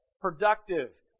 productive